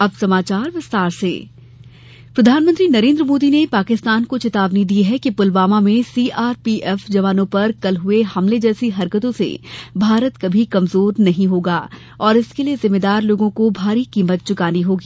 प्रधानमंत्री पुलवामा प्रधानमंत्री नरेन्द्र मोदी ने पाकिस्तान को चेतावनी दी है कि पुलवामा में सीआरपीएफ जवानों पर कल हुए हमले जैसी हरकतों से भारत कभी कमजोर नहीं होगा और इसके लिए जिम्मेदार लोगों को बड़ी भारी कीमत चुकानी होगी